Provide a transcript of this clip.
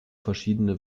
verschiedene